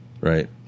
Right